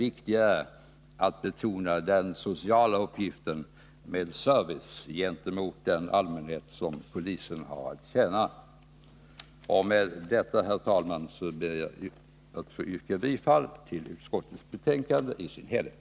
Inte minst efter det kommande beslutet i kammaren blir det än viktigare att betona just det senare. Med detta, herr talman, ber jag att få yrka bifall till utskottets hemställan i dess helhet.